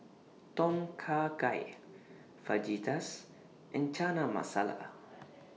Tom Kha Gai Fajitas and Chana Masala